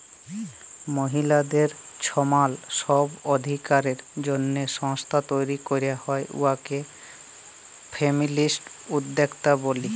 মহিলাদের ছমাল ছব অধিকারের জ্যনহে সংস্থা তৈরি ক্যরা হ্যয় উয়াকে ফেমিলিস্ট উদ্যক্তা ব্যলি